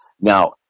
Now